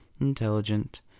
intelligent